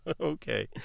Okay